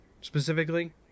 specifically